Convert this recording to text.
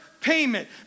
payment